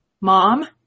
mom